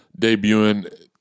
debuting